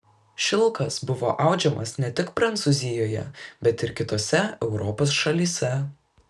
šilkas buvo audžiamas ne tik prancūzijoje bet ir kitose europos šalyse